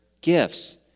Gifts